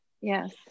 yes